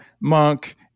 monk